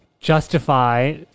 justify